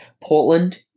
Portland